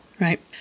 right